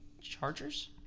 Chargers